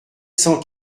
cent